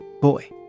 boy